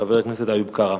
חבר הכנסת איוב קרא.